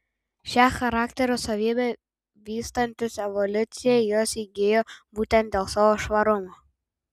šią charakterio savybę vystantis evoliucijai jos įgijo būtent dėl savo švarumo